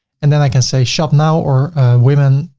and then i can say shop now or women,